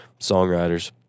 songwriters